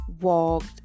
walked